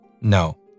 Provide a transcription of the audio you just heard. No